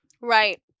Right